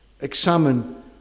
Examine